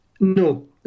No